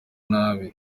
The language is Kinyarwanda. nabi